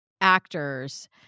actors